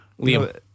Liam